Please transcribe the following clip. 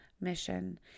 mission